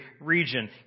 region